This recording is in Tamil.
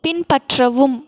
பின்பற்றவும்